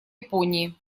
японии